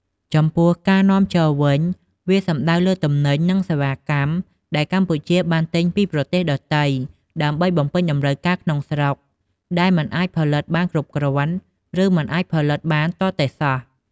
ចំពោះ ការនាំចូល វិញ វាសំដៅលើទំនិញ និងសេវាកម្មដែលកម្ពុជាបានទិញពីប្រទេសដទៃ ដើម្បីបំពេញតម្រូវការក្នុងស្រុក ដែលមិនអាចផលិតបានគ្រប់គ្រាន់ ឬមិនអាចផលិតបានទាល់តែសោះ។